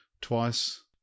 twice